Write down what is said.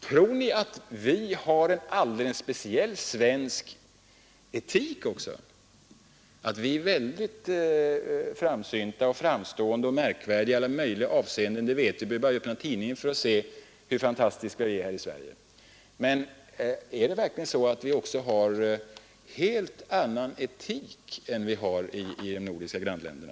Tror ni att vi oc 5 speciell svensk etik? Att vi är väldigt framsynta, framstående och märkvärdiga i alla möjliga avseenden vet vi — vi behöver bara öppna tidningen för att se hur fantastiska vi är här i Sverige. Men är det verkligen så att vi också har en helt annan etik än man har i de nordiska grannländerna?